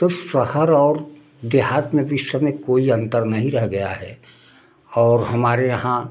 तो शहर और देहात में भी इस समय कोई अंतर नहीं रह गया है और हमारे यहाँ